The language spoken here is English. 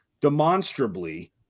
demonstrably